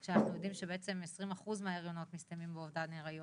בזמן שאנחנו יודעים שבעצם כ-20% מההריונות מסתיימים באובדן היריון,